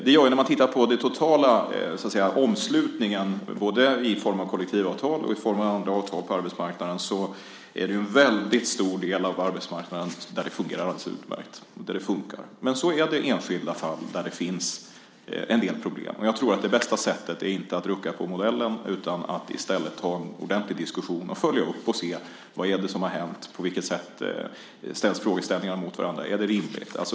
Tittar man på den totala omslutningen, både i form av kollektivavtal och i form av andra avtal på arbetsmarknaden, ser man att det på en väldigt stor del av arbetsmarknaden fungerar alldeles utmärkt. Men så har vi enskilda fall där det finns en del problem. Jag tror att det bästa sättet inte är att rucka på modellen utan i stället att ta en ordentlig diskussion och följa upp och se: Vad är det som har hänt? På vilket sätt ställs frågeställningarna mot varandra? Är det rimligt?